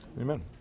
Amen